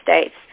states